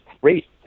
great